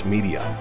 Media